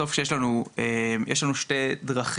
בסוף יש לנו שתי דרכים